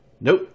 Nope